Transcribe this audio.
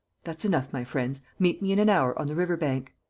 that's enough, my friends. meet me in an hour on the river-bank.